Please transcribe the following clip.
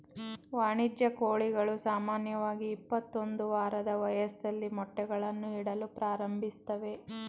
ವಾಣಿಜ್ಯ ಕೋಳಿಗಳು ಸಾಮಾನ್ಯವಾಗಿ ಇಪ್ಪತ್ತೊಂದು ವಾರದ ವಯಸ್ಸಲ್ಲಿ ಮೊಟ್ಟೆಗಳನ್ನು ಇಡಲು ಪ್ರಾರಂಭಿಸ್ತವೆ